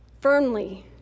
firmly